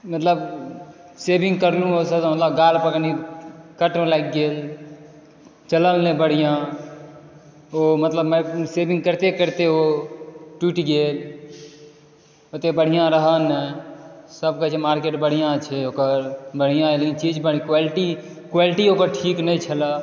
मतलब शेविंग करलहुॅं ओहि से तऽ गाल पर कनि कट लागि गेल चलल नहि बढ़िऑं ओ मतलब मे शेविंग करिते करिते ओ टूटि गेल ओत्ते बढ़िऑं रहय नहि सब कहय जे मार्केट बढ़िऑं छै ओकर बढ़िऑं यऽ लेकिन चीज मतलब क्वालिटी क्वालिटी ओकर ठीक नहि छलै